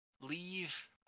leave